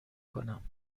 کنم